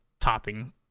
topping